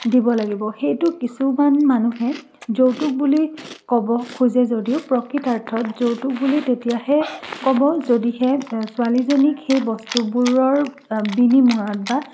দিব লাগিব সেইটো কিছুমান মানুহে যৌতুক বুলি ক'ব খোজে যদিও প্ৰকৃতাৰ্থত যৌতুক বুলি তেতিয়াহে ক'ব যদিহে ছোৱালীজনীক সেই বস্তুবোৰৰ বিনিময়ত বা